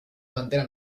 pantera